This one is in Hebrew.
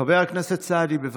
חבר הכנסת סעדי, בבקשה.